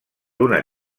una